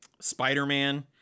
Spider-Man